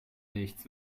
nichts